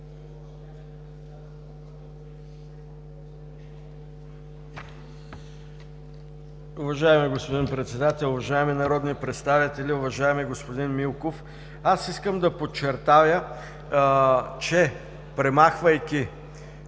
Уважаеми господин Председател, уважаеми народни представители, уважаеми господин Милков! Искам да подчертая, че премахвайки